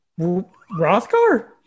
Rothgar